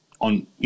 on